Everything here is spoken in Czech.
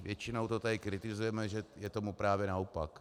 Většinou to tady kritizujeme, že je tomu právě naopak.